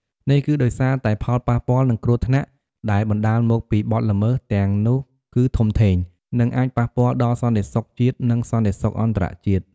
នេះគឺដោយសារតែផលប៉ះពាល់ និងគ្រោះថ្នាក់ដែលបណ្តាលមកពីបទល្មើសទាំងនោះគឺធំធេង និងអាចប៉ះពាល់ដល់សន្តិសុខជាតិ ឬសន្តិសុខអន្តរជាតិ។